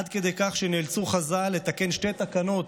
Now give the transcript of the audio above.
עד כדי כך שנאלצו חז"ל לתקן שתי תקנות